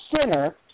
center